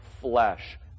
flesh